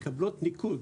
הן מקבלות ניקוד,